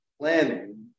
planning